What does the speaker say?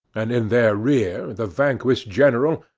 and in their rear the vanquished general,